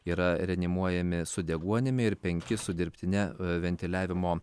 yra reanimuojami su deguonimi ir penki su dirbtine ventiliavimo